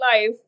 life